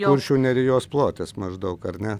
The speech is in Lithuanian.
kuršių nerijos plotis maždaug ar ne